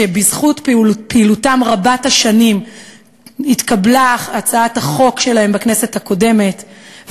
שבזכות פעילותם רבת-השנים התקבלה הצעת החוק שלהם בכנסת הקודמת,